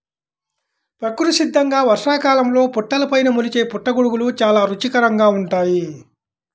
ప్రకృతి సిద్ధంగా వర్షాకాలంలో పుట్టలపైన మొలిచే పుట్టగొడుగులు చాలా రుచికరంగా ఉంటాయి